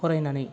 फरायनानै